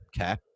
Okay